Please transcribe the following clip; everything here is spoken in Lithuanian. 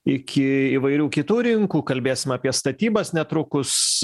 iki įvairių kitų rinkų kalbėsim apie statybas netrukus